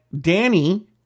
Danny